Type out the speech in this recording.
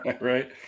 Right